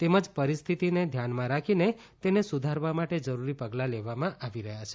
તેમજ પરિસ્થિતિને ધ્યાનમાં રાખીને તેને સુધારવા માટે જરૂરી પગલાં લેવામાં આવી રહ્યા છે